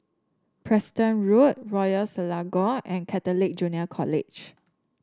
Preston Road Royal Selangor and Catholic Junior College